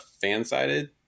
fan-sided